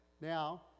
Now